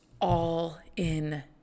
all-in